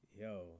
yo